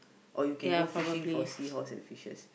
or you can go fishing for seahorse and fishes